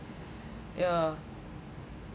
yeah